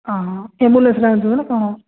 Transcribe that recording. ହଁ ହଁ ଏମ୍ବୁଲାନ୍ସ୍ରେ ଆଣିବ ନା କ'ଣ